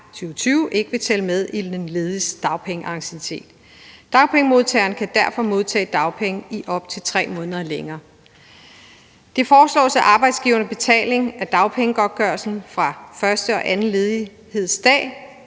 ikke vil tælle med i den lediges dagpengeanciennitet. Dagpengemodtageren kan derfor modtage dagpenge i op til 3 måneder længere. Det foreslås, at arbejdsgivernes betaling af dagpengegodtgørelsen fra første og anden ledighedsdag